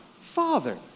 Father